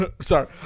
Sorry